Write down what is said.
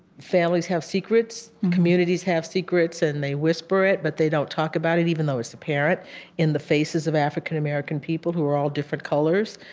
families have secrets communities have secrets. and they whisper it, but they don't talk about it, even though it's apparent in the faces of african-american people who are all different colors,